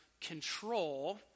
control